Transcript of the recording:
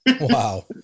Wow